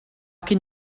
can